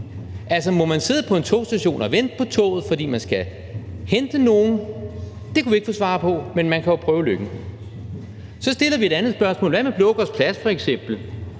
Altså, må man sidde på en togstation og vente på toget, fordi man skal hente nogen? Det kunne vi ikke få svar på – men man kunne jo prøve lykken. Så stiller vi et andet spørgsmål: Hvad med Blågårds Plads f.eks.?